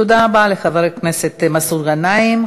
תודה רבה לחבר הכנסת מסעוד גנאים.